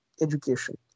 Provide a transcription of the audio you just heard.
education